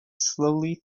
slowly